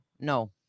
No